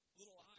little